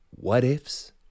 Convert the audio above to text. what-ifs